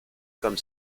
comme